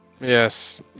Yes